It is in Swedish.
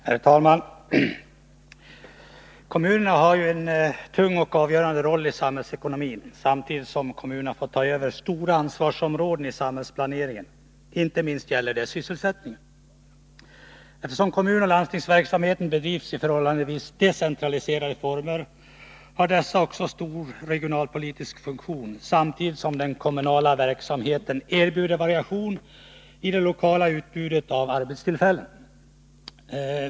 Herr talman! Kommunerna har en tung och avgörande roll i samhällsekonomin, samtidigt som de fått ta över stora ansvarsområden i samhällsplaneringen. Inte minst gäller det sysselsättningen. Eftersom kommunoch landstingsverksamheterna bedrivs i förhållandevis decentraliserade former, har dessa också stor regionalpolitisk funktion. Samtidigt kan de kommunala verksamheterna erbjuda variation i det lokala utbudet av arbetstillfällen.